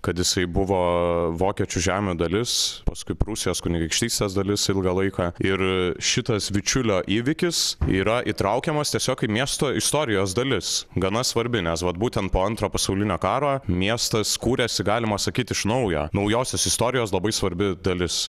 kad jisai buvo vokiečių žemių dalis paskui prūsijos kunigaikštystės dalis ilgą laiką ir šitas vičiulio įvykis yra įtraukiamas tiesiog miesto istorijos dalis gana svarbi nes vat būtent po antro pasaulinio karo miestas kūrėsi galima sakyti iš naujo naujosios istorijos labai svarbi dalis